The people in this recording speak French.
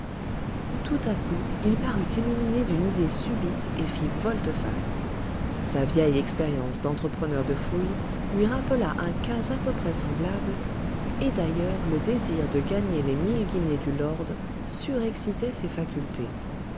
tout à coup il parut illuminé d'une idée subite et fit volte-face sa vieille expérience d'entrepreneur de fouilles lui rappela un cas à peu près semblable et d'ailleurs le désir de gagner les mille guinées du lord surexcitait ses facultés